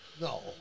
No